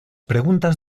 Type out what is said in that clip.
preguntas